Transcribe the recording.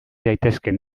daitezkeen